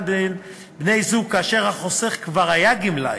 בין בני-זוג כאשר החוסך כבר היה גמלאי,